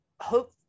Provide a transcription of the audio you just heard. hope